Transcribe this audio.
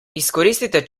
izkoristite